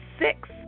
six